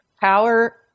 power